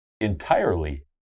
entirely